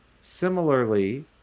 Similarly